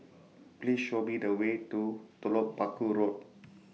Please Show Me The Way to Telok Paku Road